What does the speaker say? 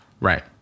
right